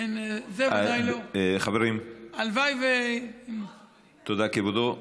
הלוואי, תודה, כבודו.